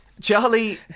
Charlie